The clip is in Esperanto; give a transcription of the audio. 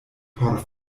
por